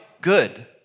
good